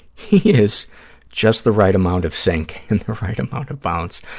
he has just the right amount of sink and right amount of bounce.